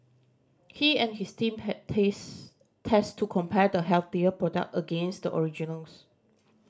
he and his team had taste test to compare the healthier product against the originals